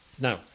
Now